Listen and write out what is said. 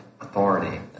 authority